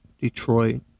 Detroit